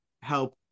help